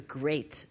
great